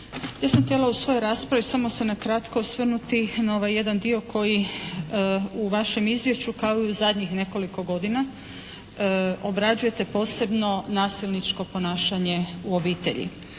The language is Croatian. Ja sam htjela u svojoj raspravi samo se nakratko osvrnuti na ovaj jedan dio koji u vašem izvješću kao i u zadnjih nekoliko godina obrađujete posebno nasilničko ponašanje u obitelji.